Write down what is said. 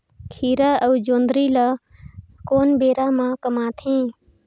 खीरा अउ जोंदरी ल कोन बेरा म कमाथे?